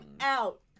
out